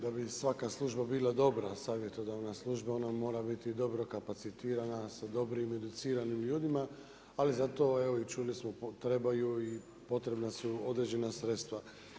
Da bi svaka služba bila dobra savjetodavna služba ona mora biti dobro kapacitirana sa dobrim i educiranim ljudima, ali zato evo čuli smo trebaju i potrebna su određena sredstva.